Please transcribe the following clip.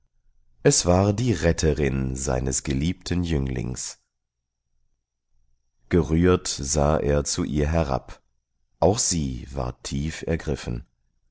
es war die retterin seines geliebten jünglings gerührt sah er zu ihr herab auch sie war tief ergriffen